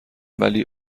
ولی